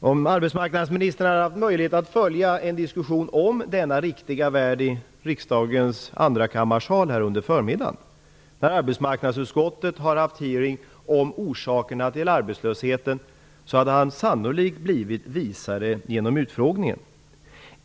Om arbetsmarknadsministern hade haft möjlighet att följa en diskussion om denna riktiga värld i riksdagens andrakammarsal i dag på förmiddagen, där arbetsmarknadsutskottet har haft en hearing om orsakerna till arbetslösheten, hade han sannolikt blivit visare.